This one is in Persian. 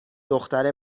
دختر